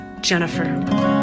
Jennifer